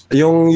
yung